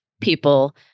people